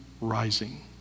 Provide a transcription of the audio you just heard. rising